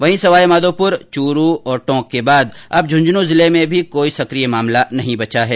वहीं सवाई माधोपुर चूरू और टोंक के बाद अब झुंझुनूं जिले में कोई भी सकिय मामला नहीं बचा है